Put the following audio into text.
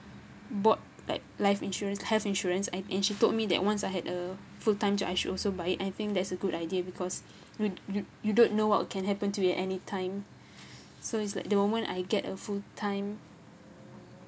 bought like life insurance health insurance and and she told me that once I had a full time job I should also buy I think that's a good idea because you you you don't know what can happen to you anytime so it's like the moment I get a full time